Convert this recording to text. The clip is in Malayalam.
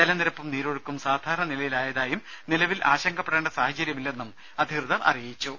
ജലനിരപ്പും നീരൊഴുക്കും സാധാരണ നിലയിലായതായും നിലവിൽ ആശങ്കപ്പെടേണ്ട സാഹചര്യം ഇല്ലെന്നും അധികൃതർ അറിയിച്ചു